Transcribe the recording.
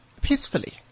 peacefully